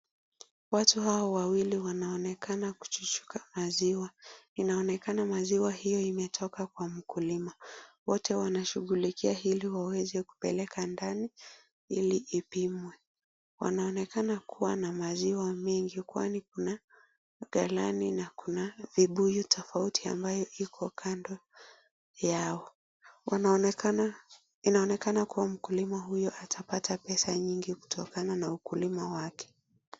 Watu hawa wawili wanaonekana kuchuchuka maziwa, inaonekana maziwa hiyo imetoka kwa mkulima, wote wanashughulikia ili waweze kupeleka ndani ili ipimwe. Wanaonekana kuwa na maziwa mingi kwani kuna galani na kuna vibuyu tofauti ambayo iko kando yao, inaonekana kuwa mkulima huyu atapata pesa nyingi kutokana na ukulima wake.